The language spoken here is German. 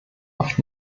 oft